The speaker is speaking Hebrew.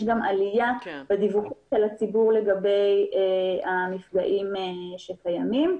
יש גם עלייה בדיווחים של הציבור לגבי המפגעים שקיימים.